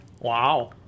Wow